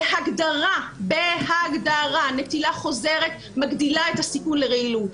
בהגדרה נטילה חוזרת מגדילה את הסיכון לרעילות.